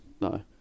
No